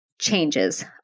changes